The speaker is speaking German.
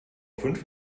fünf